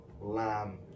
lamb